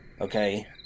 okay